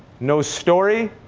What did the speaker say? no story,